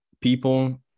people